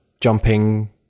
jumping